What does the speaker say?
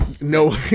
No